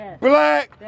black